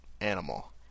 animal